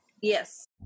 yes